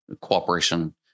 cooperation